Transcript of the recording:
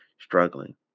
struggling